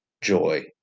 joy